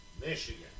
Michigan